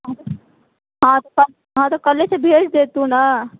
हँ तऽ हँ तऽ कलेसँ भेज देतू नऽ